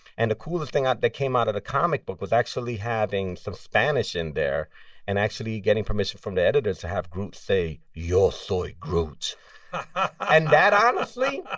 and the coolest thing ah that came out of the comic book was actually having some spanish in there and actually getting permission from the editors to have groot say, yo soy groot and that honestly,